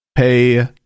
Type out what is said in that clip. Pay